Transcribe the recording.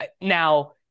now